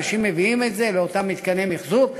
אנשים מביאים את זה לאותם מתקני מיחזור,